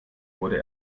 wurde